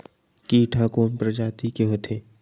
कीट ह कोन प्रजाति के होथे?